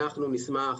אנחנו נשמח